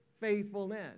faithfulness